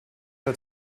hat